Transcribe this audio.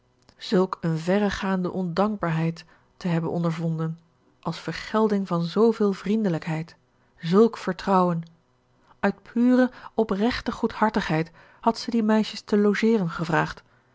zulk een verregaande ondankbaarheid te hebben ondervonden als vergelding van zooveel vriendelijkheid zulk vertrouwen uit pure oprechte goedhartigheid had ze die meisjes te logeeren gevraagd